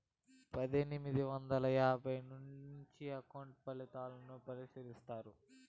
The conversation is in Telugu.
పందొమ్మిది వందల యాభైల నుంచే అకౌంట్ పత్రాలను పరిశీలిస్తున్నారు